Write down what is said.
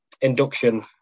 induction